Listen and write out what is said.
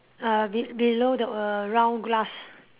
uh be~ below the err round glass